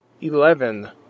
Eleven